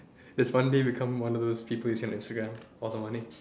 yes one day you become one of those people you see on Instagram all the money